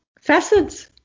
facets